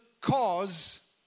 cause